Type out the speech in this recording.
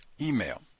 email